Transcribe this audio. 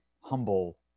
humble